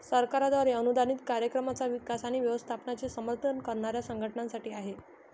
सरकारद्वारे अनुदानित कार्यक्रमांचा विकास आणि व्यवस्थापनाचे समर्थन करणाऱ्या संघटनांसाठी आहे